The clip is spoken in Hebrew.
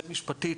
זה משפטי,